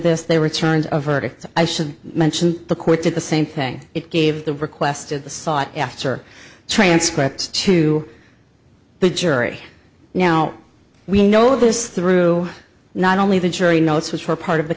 this they returned a verdict i should mention the court did the same thing it gave the requested the sought after transcript to the jury now we know this through not only the jury notes which were part of the